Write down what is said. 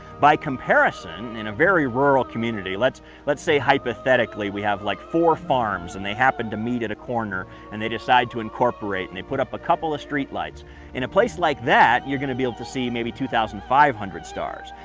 by comparison in a very rural community, let's let's say hypothetically, we have like four farms and they happen to meet at a corner and they decide to incorporate, and they put up a couple of streetlights in a place like that you're gonna be able to see maybe two thousand five hundred stars.